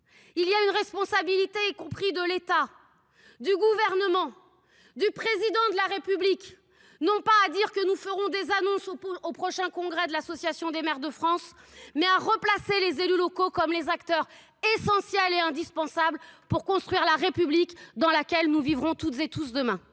la responsabilité de l’État, du Gouvernement, du Président de la République n’est pas de promettre des annonces pour le prochain congrès de l’Association des maires de France : elle est de replacer les élus locaux comme des acteurs essentiels et indispensables pour construire la République dans laquelle nous vivrons toutes et tous demain.